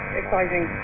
exciting